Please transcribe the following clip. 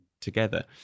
together